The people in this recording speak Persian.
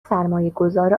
سرمایهگذار